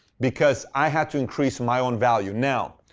because i had to increase my own value. now,